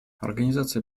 организация